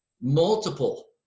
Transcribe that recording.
multiple